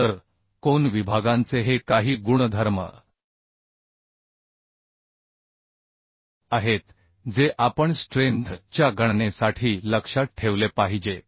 तर कोन विभागांचे हे काही गुणधर्म आहेत जे आपण स्ट्रेंथ च्या गणनेसाठी लक्षात ठेवले पाहिजेत